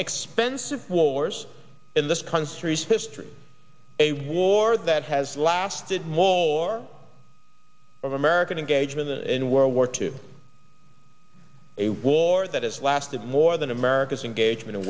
expensive wars in this country's history a war that has lasted more american engagement in world war two a war that has lasted more than america's engagement in